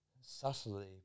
subtly